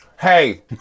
Hey